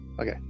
Okay